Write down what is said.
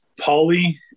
Pauly